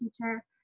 teacher